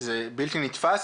זה בלתי נתפס.